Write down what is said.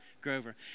grover